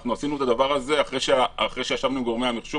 אנחנו עשינו את הדבר הזה אחרי שישבנו עם גורמי המחשוב,